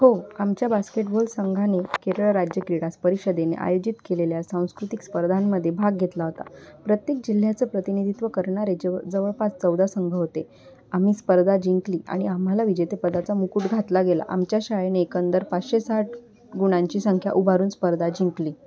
हो आमच्या बास्केटबॉल संघाने केरळ राज्य क्रीडा परिषदेने आयोजित केलेल्या सांस्कृतिक स्पर्धांमध्ये भाग घेतला होता प्रत्येक जिल्ह्याचं प्रतिनिधित्व करणारे जव जवळपास चौदा संघ होते आम्ही स्पर्धा जिंकली आणि आम्हाला विजेते पदाचा मुकुट घातला गेला आमच्या शाळेने एकंदर पाचशे साठ गुणांची संख्या उभारून स्पर्धा जिंकली